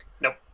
Nope